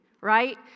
right